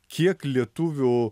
kiek lietuvių